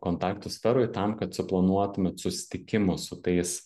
kontaktų sferoj tam kad suplanuotumėt susitikimus su tais